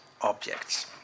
objects